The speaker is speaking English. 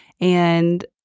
and-